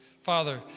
Father